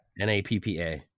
N-A-P-P-A